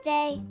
Day